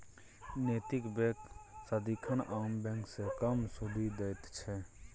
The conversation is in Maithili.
नैतिक बैंक सदिखन आम बैंक सँ कम सुदि दैत छै